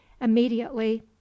immediately